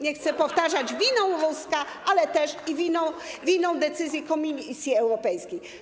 Nie chcę powtarzać winą ruska, ale też i winą decyzji Komisji Europejskiej.